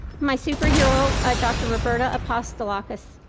my superhero, dr. roberta apostoloccus,